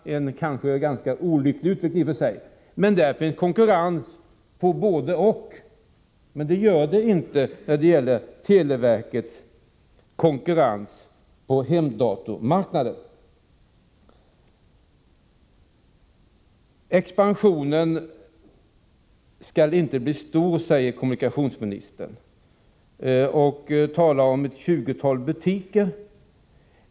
Det är i och för sig en ganska olycklig utveckling, men där finns konkurrensen med i bilden både för bensinen och för matvarorna. Det gör den inte när det gäller televerkets försäljning av hemdatorer. Expansionen kommer inte att bli stor, säger kommunikationsministern. Han talar om att televerket försäljer hemdatorer i ett tjugotal butiker.